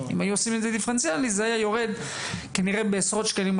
אם היו עושים את זה דיפרנציאלי זה היה יורד כנראה בעשרות שקלים,